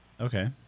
Okay